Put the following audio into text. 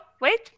Wait